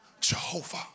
Jehovah